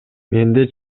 менде